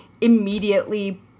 immediately